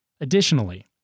Additionally